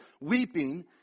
weeping